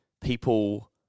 people